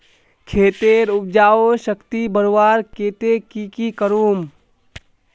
खेतेर उपजाऊ शक्ति बढ़वार केते की की करूम?